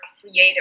creative